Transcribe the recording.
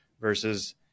versus